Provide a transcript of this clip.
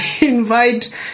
invite